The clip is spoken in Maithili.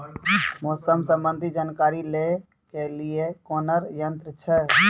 मौसम संबंधी जानकारी ले के लिए कोनोर यन्त्र छ?